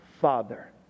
Father